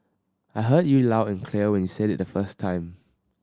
I heard you loud and clear when you said it the first time